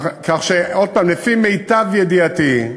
כך שעוד פעם, לפי מיטב ידיעתי,